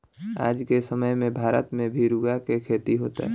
आज के समय में भारत में भी रुआ के खेती होता